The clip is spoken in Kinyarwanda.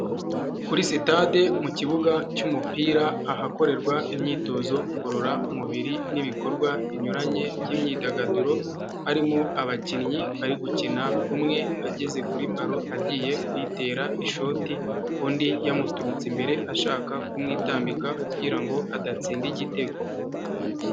Kuri sitade mu kibuga cy'umupira ahakorerwa imyitozo ngororamubiri n'ibikorwa binyuranye by'imyidagaduro, harimo abakinnyi bari gukina umwe ageze kuri baro agiye kuyitera ishoti, undi yamuturutse imbere ashaka kumwitambika kugira ngo adatsinda igitego.